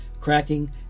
cracking